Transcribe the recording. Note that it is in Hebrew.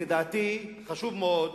לדעתי, חשוב מאוד,